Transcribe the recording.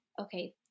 okay